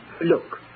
look